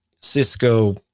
cisco